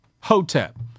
Hotep